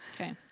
Okay